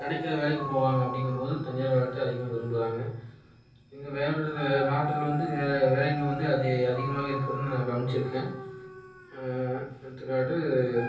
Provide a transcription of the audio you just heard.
கிடைக்குற வேலைக்கு போவாங்க அப்படிங்கும்போது தனியார் வேலையை தான் அதிகமாக விரும்புகிறாங்க இங்கே மாவட்டத்தில் வந்து வே வேலையின்மை வந்து அதி அதிகமாக இருக்குது நான் கவனிச்சுருக்கேன் எடுத்துக்காட்டு